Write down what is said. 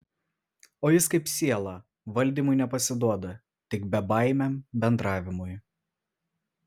o jis kaip siela valdymui nepasiduoda tik bebaimiam bendravimui